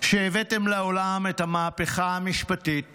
שהבאתם לעולם את המהפכה המשפטית